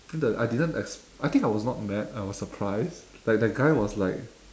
I think the I didn't ex~ I think I was not mad I was surprised like that guy was like